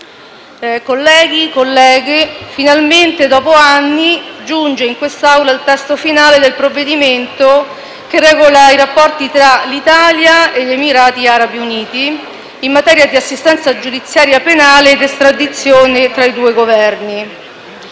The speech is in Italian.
colleghi e colleghe, finalmente, dopo anni, giunge in quest'Assemblea il testo finale del provvedimento che regola i rapporti tra l'Italia e gli Emirati Arabi Uniti in materia di assistenza giudiziaria penale ed estradizione tra i due Governi.